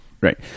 Right